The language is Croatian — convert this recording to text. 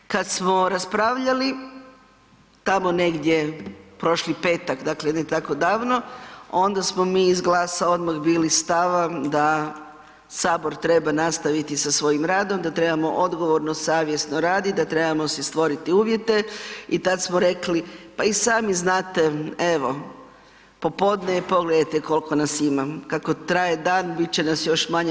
Kada smo raspravljali tamo negdje prošli petak, dakle ne tako davno onda smo mi iz Glasa odmah bili stava da Sabor treba nastaviti sa svojim radom, da trebamo odgovorno, savjesno raditi, da trebamo si stvoriti uvjete i tada smo rekli pa i sami znate evo popodne je pogledajte koliko nas ima, kako traje dan bit će nas još manje.